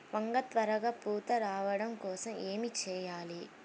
వంగ త్వరగా పూత రావడం కోసం ఏమి చెయ్యాలి?